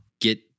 get